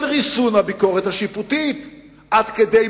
של ריסון הביקורת השיפוטית עד כדי,